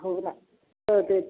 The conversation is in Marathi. हो ना करतेच